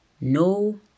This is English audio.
no